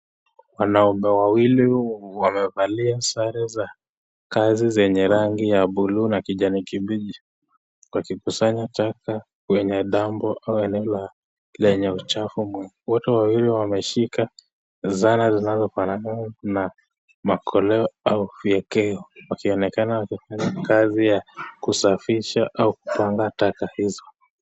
Wanaume wawili wamevalia sare za kazi zenye rangi ya buluu na kijani kibichi, wakikusanya taka kwenye dambo au eneo lenye uchafu mwingi. Wote wawili wameshika zana zinazofanana na makoleo au fyekeo , wakionekana wakifanya kazi ya kusafisha au taka hizo.